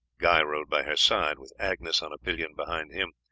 guy rode by her side, with agnes on a pillion behind him.